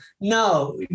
No